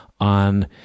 on